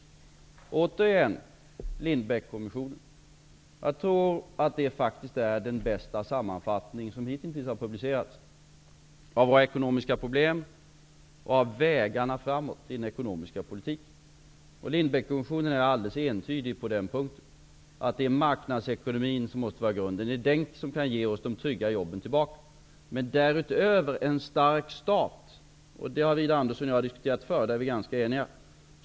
Jag tror att Lindbeckkommissionen faktiskt har gjort den bästa sammanfattning av våra ekonomiska problem och av vägarna framåt i den ekonomiska politiken som hittills har publicerats. Lindbeckkommissionen är alldeles entydig på punkten att det är marknadsekonomin som måste vara grunden. Det är den som kan ge oss de trygga jobben tillbaka. Därutöver skall vi ha en stark stat. Det har Widar Andersson och jag diskuterat förut, och där är vi ganska eniga.